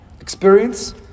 experience